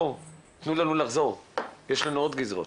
בואו תנו לנו לחזור יש לנו עוד גזרות.